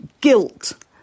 guilt